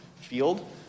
field